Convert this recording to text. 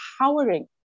empowering